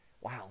wow